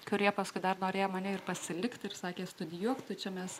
kurie paskui dar norėjo mane ir pasilikti ir sakė studijuok tu čia mes